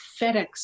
FedEx